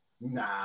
Nah